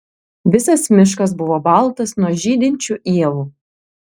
visas miškas buvo baltas nuo žydinčių ievų